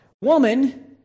Woman